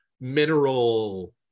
mineral